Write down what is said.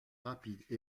rapide